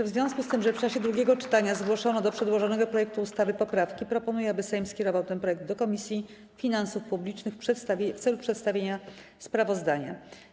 W związku z tym, że w czasie drugiego czytania zgłoszono do przedłożonego projektu ustawy poprawki, proponuję, aby Sejm skierował ten projekt do Komisji Finansów Publicznych w celu przedstawienia sprawozdania.